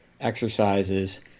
exercises